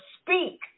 speak